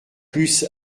plus